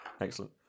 Excellent